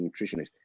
nutritionist